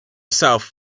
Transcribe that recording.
south